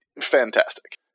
fantastic